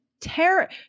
terror